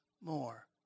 more